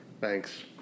Thanks